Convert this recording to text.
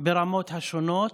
ברמות השונות.